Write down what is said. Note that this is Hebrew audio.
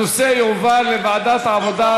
הנושא יועבר לוועדת העבודה,